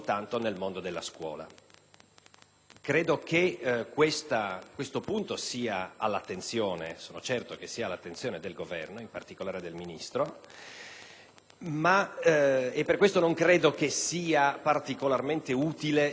certo che questo punto sia all'attenzione del Governo, in particolare del Ministro, per questo non credo che siano particolarmente utili, se non a livello di